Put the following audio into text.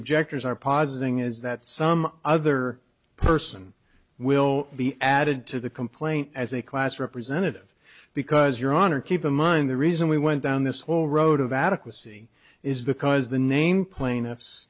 objectors are positing is that some other person will be added to the complaint as a class representative because your honor keep in mind the reason we went down this whole road of adequacy is because the name plaintiffs